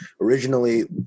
originally